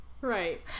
right